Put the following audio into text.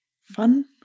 fun